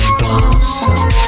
blossom